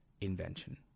invention